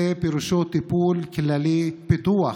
פירושו טיפול כללי, פיתוח,